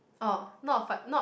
orh not affec~ not